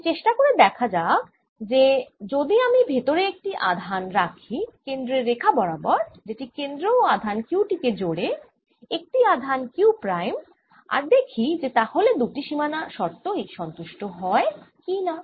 তাই চেষ্টা করে দেখা যাক যে যদি আমি ভেতরে একটি আধান রাখি কেন্দ্রের রেখা বরাবরযেটি কেন্দ্র ও আধান q টি কে জোড়ে একটি আধান q প্রাইম আর দেখি যে তাহলে দুটি সীমানা শর্তই সন্তুষ্ট হয় কি না